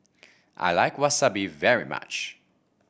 I like Wasabi very much